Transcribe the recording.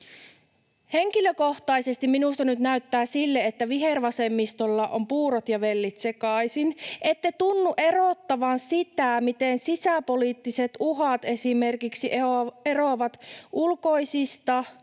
Henkilökohtaisesti minusta nyt näyttää sille, että vihervasemmistolla on puurot ja vellit sekaisin. Ette tunnu erottavan sitä, miten sisäpoliittiset uhat esimerkiksi eroavat ulkoisista ja